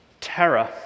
terror